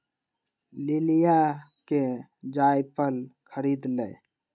लिलीया ने जायफल खरीद लय